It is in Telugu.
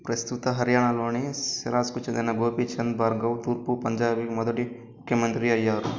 ప్రస్తుత హర్యానాలోని సిరాస్కు చెందిన గోపీచంద్ భార్గవ్ తూర్పు పంజాబ్కి మొదటి ముఖ్యమంత్రి అయ్యారు